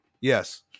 Yes